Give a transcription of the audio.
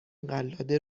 قلاده